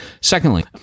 Secondly